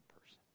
person